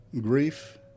grief